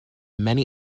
many